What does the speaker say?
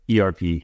ERP